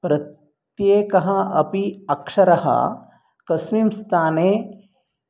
प्रत्येकम् अपि अक्षरं कस्मिन् स्थाने